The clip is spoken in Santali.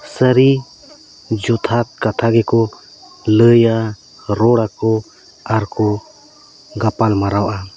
ᱥᱟᱹᱨᱤ ᱡᱚᱛᱷᱟᱛ ᱠᱟᱛᱷᱟ ᱜᱮᱠᱚ ᱞᱟᱹᱭᱟ ᱨᱚᱲᱟ ᱠᱚ ᱟᱨ ᱠᱚ ᱜᱟᱯᱟᱞ ᱢᱟᱨᱟᱣᱟ